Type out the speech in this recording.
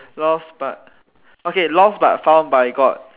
lost but okay lost but found by god